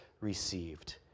received